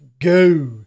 Go